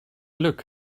look